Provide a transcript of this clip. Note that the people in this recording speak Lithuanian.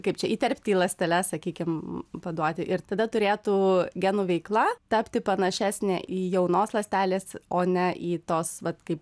kaip čia įterpti į ląsteles sakykim paduoti ir tada turėtų genų veikla tapti panašesnė į jaunos ląstelės o ne į tos vat kaip